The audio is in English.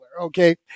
okay